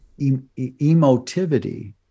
emotivity